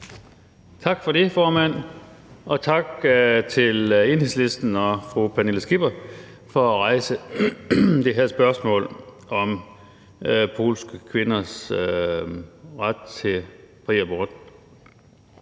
Tak for det, formand. Tak til Enhedslisten og fru Pernille Skipper for at rejse det her spørgsmål om polske kvinders ret til fri abort.